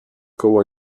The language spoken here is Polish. koło